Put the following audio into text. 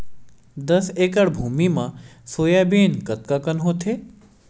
दस एकड़ भुमि म सोयाबीन कतका कन होथे?